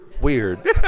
Weird